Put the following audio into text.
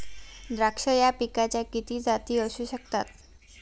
द्राक्ष या पिकाच्या किती जाती असू शकतात?